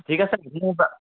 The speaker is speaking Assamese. ঠিক আছে